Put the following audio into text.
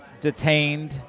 detained